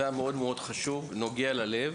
זה היה חשוב מאוד, נוגע ללב.